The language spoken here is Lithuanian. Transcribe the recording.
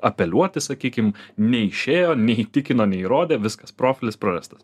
apeliuoti sakykim neišėjo neįtikino neįrodė viskas profilis prarastas